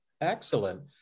excellent